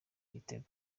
igitego